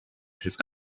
his